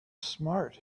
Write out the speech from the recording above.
smart